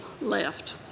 left